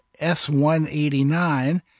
S189